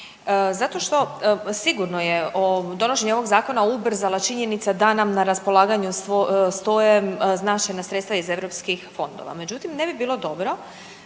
Zato što sigurno je donošenje ovog ubrzala činjenica da nam na raspolaganju stoje značajna sredstva iz europskih fondova.